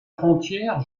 frontière